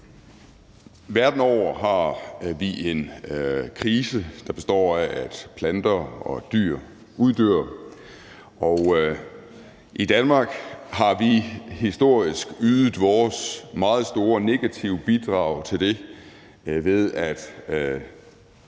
Verden over har vi en krise, der består af, at planter og dyr uddør, og i Danmark har vi historisk ydet vores meget store negative bidrag til det, ved at